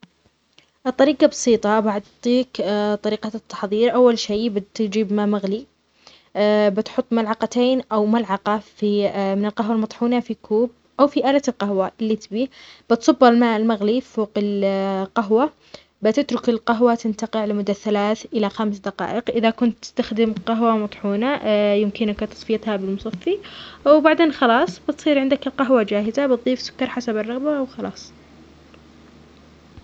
الطريقة بسيطة. بعطيك طريقة التحضير. أول شيء بتجيب ماء مغلي بتحط ملعقتين أو ملعقة في من القهوة المطحونة في كوب أو في آلة القهوة إللي تبيه بتصب الماء المغلي فوق ال -القهوة بتترك القهوة تنتقع لمدة ثلاث إلى خمس دقايق. إذا كنت تستخدم قهوة مطحونة يمكنك تصفيتها بالمصفي، وبعدين خلاص بتصير عندك القهوة جاهزة بتضيف سكر حسب الرغبة وخلاص.